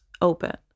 open